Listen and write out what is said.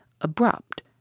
abrupt